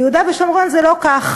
ביהודה ושומרון זה לא כך.